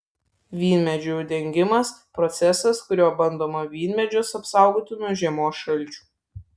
vynmedžių dengimas procesas kuriuo bandoma vynmedžius apsaugoti nuo žiemos šalčių